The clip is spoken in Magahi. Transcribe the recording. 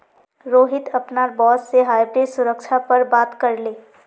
रोहित अपनार बॉस से हाइब्रिड सुरक्षा पर बात करले